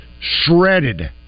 shredded